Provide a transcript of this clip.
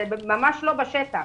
זה ממש לא בשטח.